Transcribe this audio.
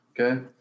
Okay